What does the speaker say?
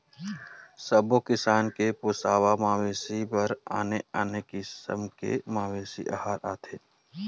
सबो किसम के पोसवा मवेशी बर आने आने किसम के मवेशी अहार आथे